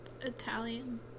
Italian